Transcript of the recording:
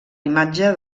imatge